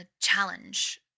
challenge